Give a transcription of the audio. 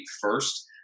first